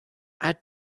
add